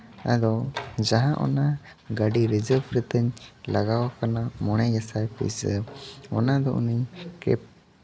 ᱟᱫᱚ ᱡᱟᱦᱟᱸ ᱚᱱᱟ ᱜᱟᱹᱰᱤ ᱨᱤᱡᱟᱹᱵᱷ ᱞᱤᱫᱟᱹᱧ ᱞᱟᱜᱟᱣ ᱠᱟᱱᱟ ᱢᱚᱬᱮ ᱜᱮᱥᱟᱭ ᱯᱩᱭᱥᱟᱹ ᱚᱱᱟᱫᱚ ᱩᱱᱤ ᱠᱮᱵᱽ